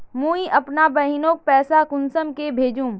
मुई अपना बहिनोक पैसा कुंसम के भेजुम?